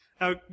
Now